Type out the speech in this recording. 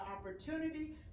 opportunity